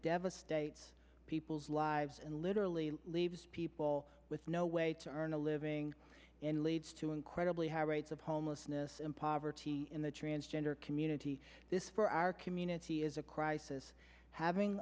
devastates people's lives and literally leaves people with no way to earn a living in leads to incredibly high rates of homelessness and poverty in the transgender community this for our community is a crisis having